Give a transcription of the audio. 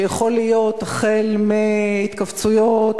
שיכול להיות החל בהתכווצויות,